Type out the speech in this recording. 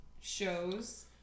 shows